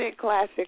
classic